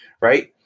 Right